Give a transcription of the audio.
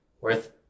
worth